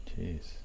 Jeez